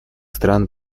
стран